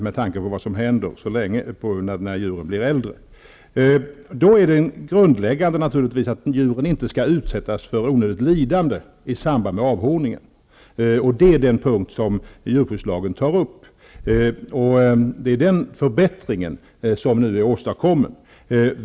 Det grundläggande är då naturligtvis att djuren inte skall utsättas för onödigt lidande i samband med avhorningen, och det är en punkt som tas upp i djur skyddslagen. Det är denna förbättring som nu har åstadkommits.